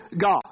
God